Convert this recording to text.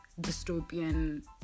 dystopian